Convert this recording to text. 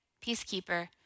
peacekeeper